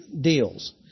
deals